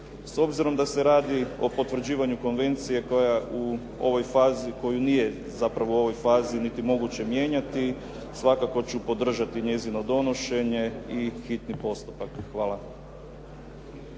S obzirom da se radi o potvrđivanju konvencije o fazi koju nije zapravo u ovoj fazi niti moguće mijenjati, svakako ću podržati njeno donošenje i hitni postupak. Hvala.